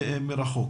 מרחוק.